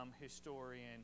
historian